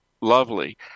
lovely